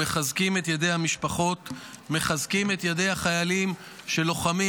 ואנו מחזקים את ידי המשפחות ומחזקים את ידי החיילים שלוחמים